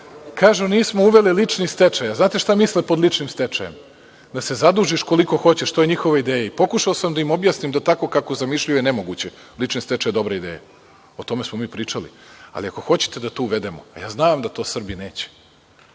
nismo uveli lični stečaj. Znate li šta misle pod ličnim stečajem? Da se zadužiš koliko hoćeš. To je njihova ideja. Pokušao sam da im objasnim da tako kako zamišljaju je nemoguće. Lični stečaj je dobra ideja. O tome smo mi pričali, ali ako hoćete da to uvedemo, ja znam da to Srbi neće,